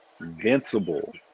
invincible